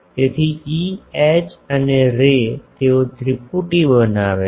તેથી E H અને રે તેઓ ત્રિપુટી બનાવે છે